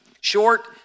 Short